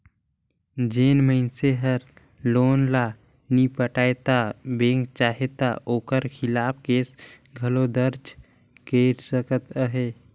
जेन मइनसे हर लोन ल नी पटाय ता बेंक चाहे ता ओकर खिलाफ केस घलो दरज कइर सकत अहे